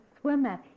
swimmer